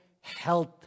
health